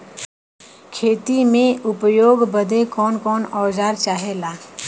खेती में उपयोग बदे कौन कौन औजार चाहेला?